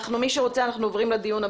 הישיבה נעולה.